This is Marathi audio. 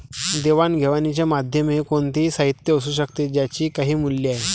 देवाणघेवाणीचे माध्यम हे कोणतेही साहित्य असू शकते ज्याचे काही मूल्य आहे